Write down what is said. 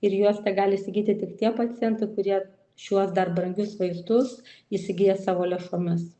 ir juos tegali įsigyti tik tie pacientai kurie šiuos dar brangius vaistus įsigyja savo lėšomis